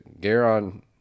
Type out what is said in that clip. Garon